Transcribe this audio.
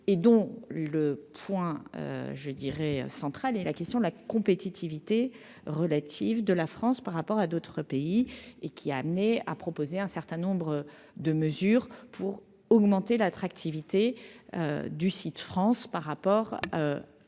et dont le point je dirais central et la question de la compétitivité relative de la France par rapport à d'autres pays et qui a amené à proposer un certain nombre de mesures pour augmenter l'attractivité du site France par rapport à